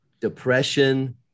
depression